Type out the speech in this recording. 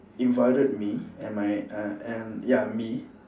invited me and my err and ya me